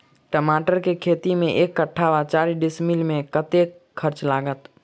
टमाटर केँ खेती मे एक कट्ठा वा चारि डीसमील मे कतेक खर्च लागत?